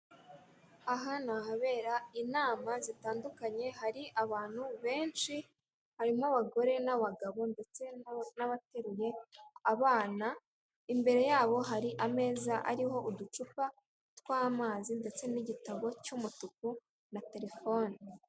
Aha ni ahabera inama zitandukanye hari abantu benshi harimo abagore n'abagabo, ndetse n'abateruye abana imbere yabo hari ameza ariho uducupa, tw'amazi ndetse n'igitabo cy'umutuku na telefoni.